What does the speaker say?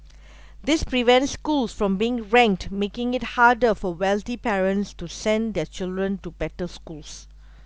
this prevents schools from being ranked making it harder for wealthy parents to send their children to better schools